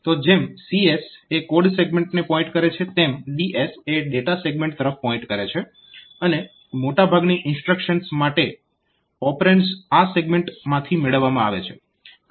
તો જેમ CS એ કોડ સેગમેન્ટને પોઈન્ટ કરે છે તેમ DS એ ડેટા સેગમેન્ટ તરફ પોઈન્ટ કરે છે અને મોટા ભાગની ઇન્સ્ટ્રક્શન્સ માટે ઓપરેન્ડ્સ આ સેગમેન્ટમાંથી મેળવવામાં આવે છે